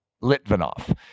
Litvinov